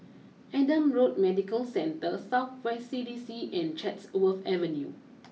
Adam Road Medical Centre South West C D C and Chatsworth Avenue